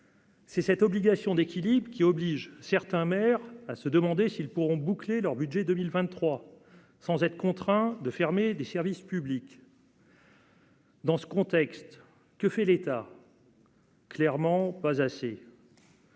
C'est cette obligation d'équilibre qui oblige certains maires à se demander s'ils pourront boucler leur budget 2023 sans être contraint de fermer des services publics. Dans ce contexte que fait l'état. Clermont, pas assez.